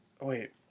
Wait